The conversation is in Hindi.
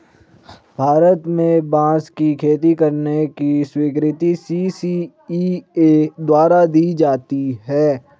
भारत में बांस की खेती करने की स्वीकृति सी.सी.इ.ए द्वारा दी जाती है